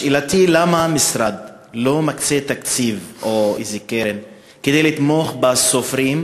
שאלתי היא: למה המשרד לא מקצה תקציב או איזו קרן כדי לתמוך בסופרים,